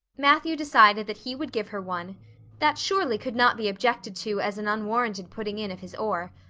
matthew decided that he would give her one that surely could not be objected to as an unwarranted putting in of his oar.